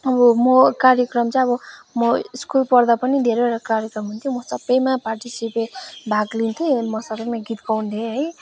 अब म कार्यक्रम चाहिँ अब म स्कुल पढ्दा पनि धेरैवटा कार्यक्रम हुन्थ्यो म सबैमा पार्टिसिपेट भाग लिन्थेँ म सबैमा गीत गाउथेँ है